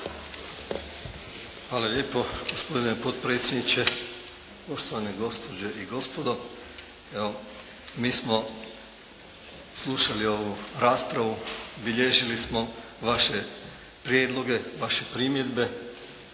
Hvala lijepo gospodine potpredsjedniče. Poštovane gospođe i gospodo, evo mi smo slušali ovu raspravu, bilježili smo vaše prijedloge, vaše primjedbe.